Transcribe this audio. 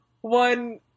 one